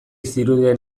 zirudien